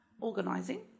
Organising